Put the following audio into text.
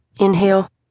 Inhale